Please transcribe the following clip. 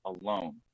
alone